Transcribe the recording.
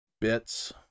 bits